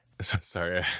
sorry